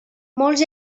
molts